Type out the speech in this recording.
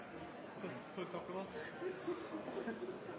si takk for